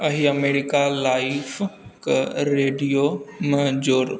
अहि America life कऽ रेडियोमे जोड़ू